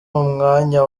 mwanya